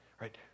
right